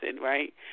right